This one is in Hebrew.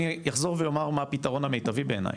אני אחזור ואומר מה הפתרון המיטבי בעיני.